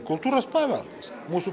kultūros paveldas mūsų